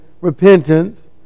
repentance